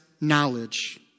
knowledge